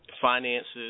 Finances